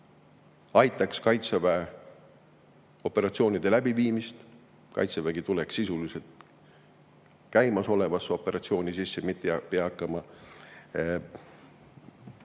aitaks Kaitseväe operatsioone läbi viia. Kaitsevägi tuleks sisuliselt käimasolevasse operatsiooni, mitte ei peaks hakkama